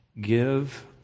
give